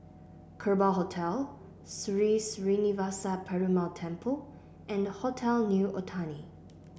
Kerbau Hotel Sri Srinivasa Perumal Temple and Hotel New Otani